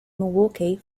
milwaukee